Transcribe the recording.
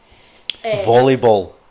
Volleyball